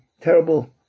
terrible